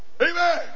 Amen